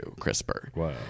CRISPR